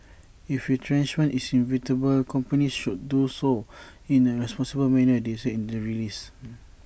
if retrenchment is inevitable companies should do so in A responsible manner they said in the release